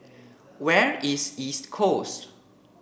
where is East Coast